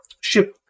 ship